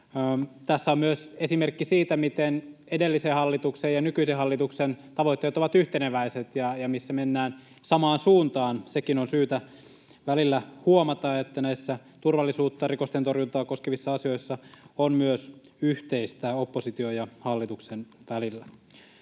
Tässä on myös esimerkki siitä, miten edellisen hallituksen ja nykyisen hallituksen tavoitteet ovat yhteneväiset ja missä mennään samaan suuntaan. Sekin on syytä välillä huomata, että näissä turvallisuutta ja rikosten torjuntaa koskevissa asioissa on myös yhteistä opposition ja hallituksen välillä.